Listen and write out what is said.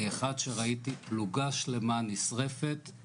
אני אחד שראיתי פלוגה שלמה נשרפת.